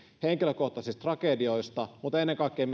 henkilökohtaisista tragedioista mutta ennen kaikkea